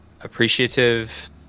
appreciative